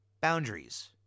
boundaries